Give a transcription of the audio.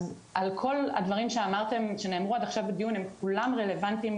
אז על כל הדברים שנאמרו עד עכשיו בדיון הם כולם רלוונטיים